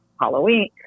Halloween